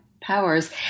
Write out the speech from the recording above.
powers